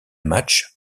match